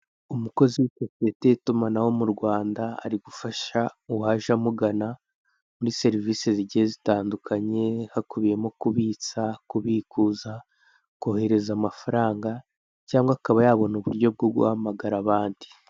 Umukozi wa sosiyete y'itumanaho mu Rwanda ari gufasha uwaje amugana muri serivisi zigiye zitandukanye hakubiyemo kubitsa, kubikuza, kohereza amafaranga cyangwa akaba yabona uburyo bwo guhamagara abandi.